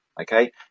okay